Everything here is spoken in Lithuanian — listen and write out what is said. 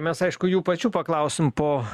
mes aišku jų pačių paklausim po